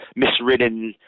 miswritten